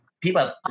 people